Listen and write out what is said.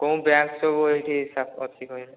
କେଉଁ ବ୍ୟାଙ୍କ ସବୁ ଏହିଠି ଅଛି କହିଲେ